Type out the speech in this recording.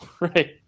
Right